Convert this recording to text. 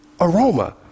aroma